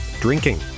drinking